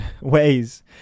ways